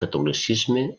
catolicisme